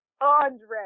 Andre